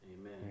Amen